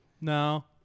No